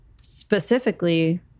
specifically